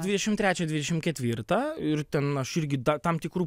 dvidešim trečią dvidešim ketvirtą ir ten aš irgi tam tikrų